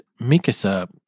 Mikasa